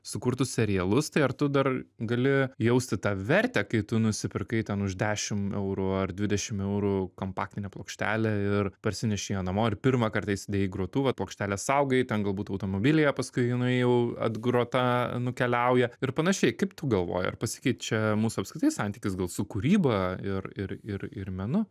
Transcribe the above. sukurtus serialus tai ar tu dar gali jausti tą vertę kai tu nusipirkai ten už dešimt eurų ar dvidešimt eurų kompaktinę plokštelę ir parsinešei ją namo ir pirmą kartą įsidėjai į grotuvą plokštelę saugai ten galbūt automobilyje paskui jinai jau atgrota nukeliauja ir panašiai kaip tu galvoji ar pasikeičia mūsų apskritai santykis gal su kūryba ir ir ir ir menu